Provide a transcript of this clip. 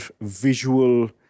visual